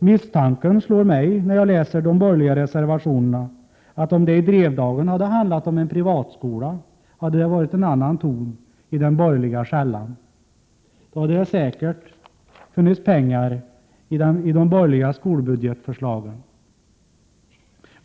Misstanken slår mig, när jag läser de borgerliga reservationerna, att om det i Drevdagen hade handlat om en privatskola, hade det varit en annan ton i den borgerliga skällan. Då hade det säkert funnits pengar i de borgerliga skolbudgetförslagen.